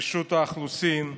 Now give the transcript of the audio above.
רשות האוכלוסין,